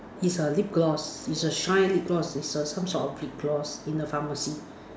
it's a lip gloss it's a shine lip gloss it's a some sort of lip gloss in the pharmacy